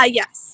yes